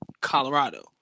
colorado